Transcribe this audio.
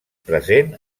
present